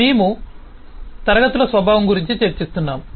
మేము క్లాస్ ల స్వభావం గురించి చర్చిస్తున్నాము